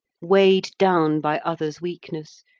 weigh'd down by other's weakness,